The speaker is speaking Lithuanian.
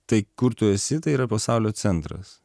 tai kur tu esi tai yra pasaulio centras